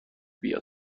بیاد